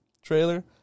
trailer